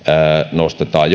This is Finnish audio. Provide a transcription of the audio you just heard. nostetaan